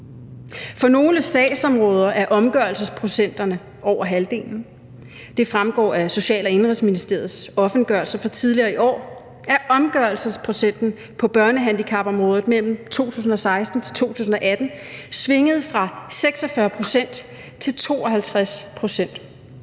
For nogle sagsområder er omgørelsesprocenterne over halvdelen. Det fremgår af Social- og Indenrigsministeriets offentliggørelse fra tidligere i år, at omgørelsesprocenten på børnehandicapområdet fra 2016 til 2018 svingede fra 46 pct. til 52